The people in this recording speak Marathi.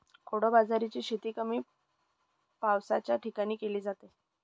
कोडो बाजरीची शेती कमी पावसाच्या ठिकाणी केली जाते